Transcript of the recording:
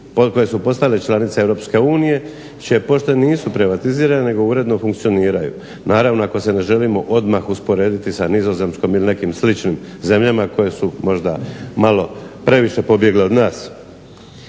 koje su postale članice Europske unije čije pošte nisu privatizirane nego uredno funkcioniraju. Naravno, ako se ne želimo odmah usporediti sa Nizozemskom ili nekim sličnim zemljama koje su možda malo previše pobjegle od nas.